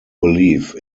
believe